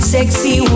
Sexy